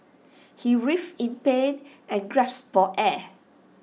he writhed in pain and gasped for air